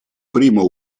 primo